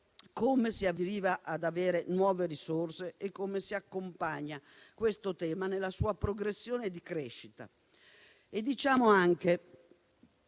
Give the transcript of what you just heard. come si arriverà ad avere nuove risorse e come si accompagnerà questo tema nella sua progressione di crescita. Diciamo anche,